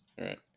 right